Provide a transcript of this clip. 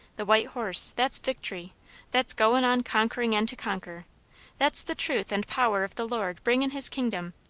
the white horse, that's victory that's goin' on conquering and to conquer that's the truth and power of the lord bringin' his kingdom.